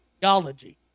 geology